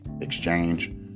exchange